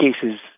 cases